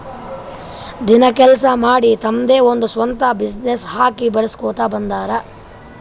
ದಿನ ಕೆಲ್ಸಾ ಮಾಡಿ ತಮ್ದೆ ಒಂದ್ ಸ್ವಂತ ಬಿಸಿನ್ನೆಸ್ ಹಾಕಿ ಬೆಳುಸ್ಕೋತಾ ಬಂದಾರ್